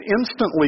instantly